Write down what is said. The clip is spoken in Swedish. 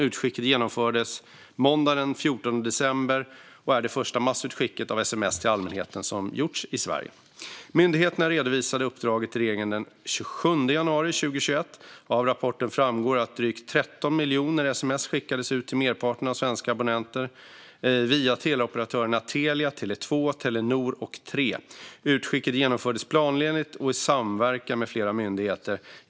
Utskicket genomfördes måndagen den 14 december och är det första massutskick av sms till allmänheten som gjorts i Sverige. Myndigheterna redovisade uppdraget till regeringen den 27 januari 2021. Av rapporten framgår att drygt 13 miljoner sms skickades ut till merparten av svenska abonnenter via teleoperatörerna Telia, Tele 2, Telenor och Tre. Utskicket genomfördes planenligt och i samverkan med flera myndigheter.